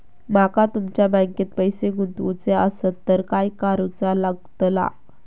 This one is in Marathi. माका तुमच्या बँकेत पैसे गुंतवूचे आसत तर काय कारुचा लगतला?